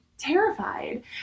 terrified